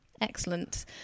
excellent